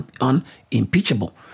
unimpeachable